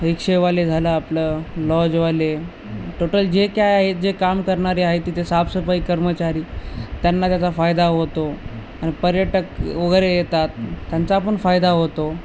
रिक्षेवाले झालं आपलं लॉजवाले टोटल जे काय आहेत जे काम करणारे आहे तिथे साफसफाई कर्मचारी त्यांना त्याचा फायदा होतो आणि पर्यटकवगैरे येतात त्यांचापण फायदा होतो